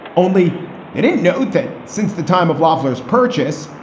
only they didn't know that since the time of levelers purchase,